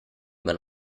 man